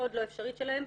מאוד לא אפשרית שלהן,